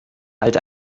halt